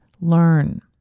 learn